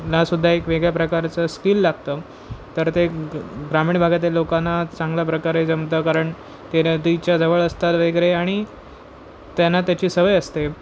हासुद्धा एक वेगळ्या प्रकारचं स्किल लागतं तर ते ग्रामीण भागातील लोकांना चांगल्या प्रकारे जमतं कारण ते नदीच्या जवळ असतात वगैरे आणि त्यांना त्याची सवय असते